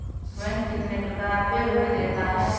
Bank कितने प्रकार के ऋण देता है?